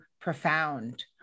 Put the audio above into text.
profound